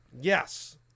Yes